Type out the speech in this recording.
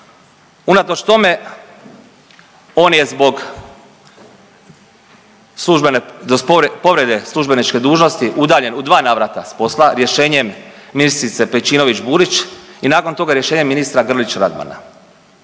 Unatoč tome on je zbog službene, povrede službeničke dužnosti udaljen u dva navrata s posla rješenjem ministrice Pejčinović Burić i nakon toga rješenjem ministra Grlić Radmana.